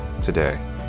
today